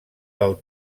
del